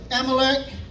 Amalek